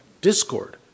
discord